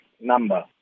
number